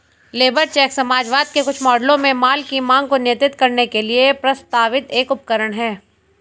labour check समाजवाद के कुछ मॉडलों में माल की मांग को नियंत्रित करने के लिए प्रस्तावित एक उपकरण है